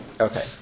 Okay